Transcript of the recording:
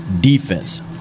defense